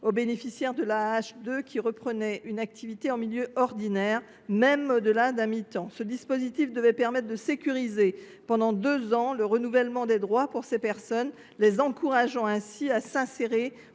aux allocataires de l’AAH 2 qui reprenaient une activité en milieu ordinaire, y compris au delà d’un mi temps. Ce dispositif devait permettre de sécuriser pendant deux ans le renouvellement des droits pour ces personnes, les encourageant ainsi à s’insérer